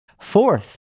Fourth